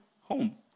home